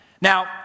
Now